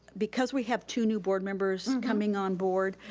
because we have two new board members coming on board,